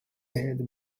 head